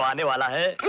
nivala